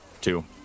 Two